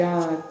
God